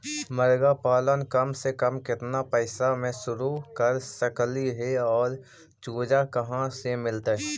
मरगा पालन कम से कम केतना पैसा में शुरू कर सकली हे और चुजा कहा से मिलतै?